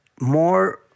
more